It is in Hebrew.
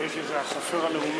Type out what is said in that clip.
מיקי זה החופר הלאומי.